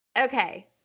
okay